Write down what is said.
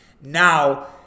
Now